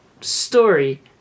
story